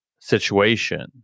situation